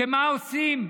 מה עושים?